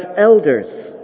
elders